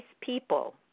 people